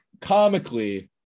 comically